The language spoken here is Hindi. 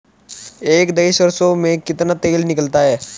एक दही सरसों में कितना तेल निकलता है?